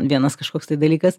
vienas kažkoks tai dalykas